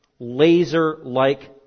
laser-like